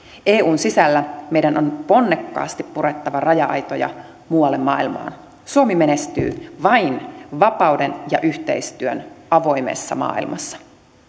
eun sisällä meidän on ponnekkaasti purettava raja aitoja muualle maailmaan suomi menestyy vain vapauden ja yhteistyön avoimessa maailmassa